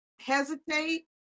hesitate